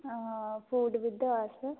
food with us